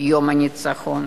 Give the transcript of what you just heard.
יום הניצחון."